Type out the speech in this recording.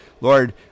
Lord